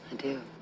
do.